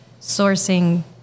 sourcing